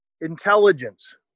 intelligence